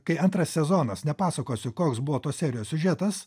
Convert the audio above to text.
kai antras sezonas nepasakosiu koks buvo tos serijos siužetas